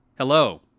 Hello